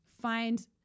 find